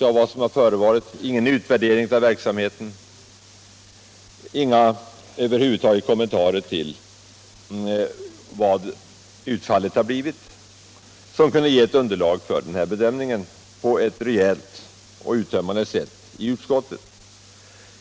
av vad som har förevarit, ingen utvärdering av verksamheten, över huvud taget inga kommentarer till vad utfallet har blivit som kunde ge underlag för en rejäl och uttömmande bedömning i utskottet.